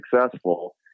successful